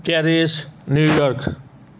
Paris New York